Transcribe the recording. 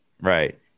Right